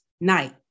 night